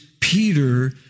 Peter